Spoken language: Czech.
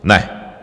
Ne.